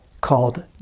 called